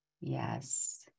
Yes